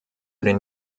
den